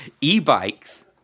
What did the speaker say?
E-bikes